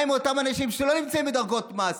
מה עם אותם אנשים שלא נמצאים באותן דרגות מס?